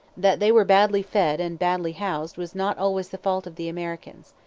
that they were badly fed and badly housed was not always the fault of the americans.